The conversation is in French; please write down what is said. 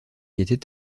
était